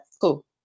Cool